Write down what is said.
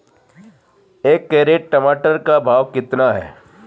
एक कैरेट टमाटर का भाव कितना है?